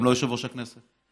גם לא יושב-ראש הכנסת.